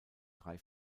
drei